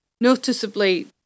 noticeably